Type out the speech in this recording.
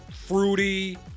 Fruity